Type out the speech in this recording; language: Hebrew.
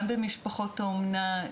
גם במשפחות האמנה,